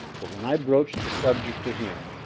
but when i broached the subject to him,